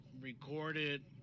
recorded